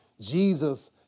Jesus